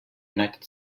united